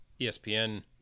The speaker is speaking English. ESPN